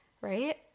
Right